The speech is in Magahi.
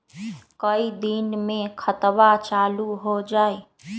कई दिन मे खतबा चालु हो जाई?